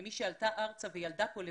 כמי שעלתה ארצה וילדה כאן לבדה,